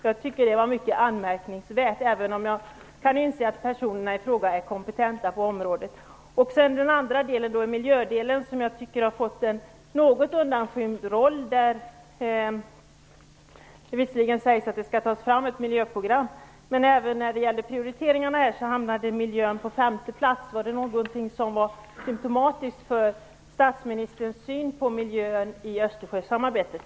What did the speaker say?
Jag tycker att det var mycket anmärkningsvärt, även om jag kan inse att personerna i fråga är kompetenta på området. Sedan tycker jag att miljödelen har fått en något undanskymd roll där det visserligen sägs att det skall tas fram ett miljöprogram, men när det gällde prioriteringarna hamnade miljön på femte plats. Var det någonting som var symtomatiskt för statsministerns syn på miljön i Östersjösamarbetet?